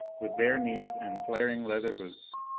with bare knees and flaring leather boots.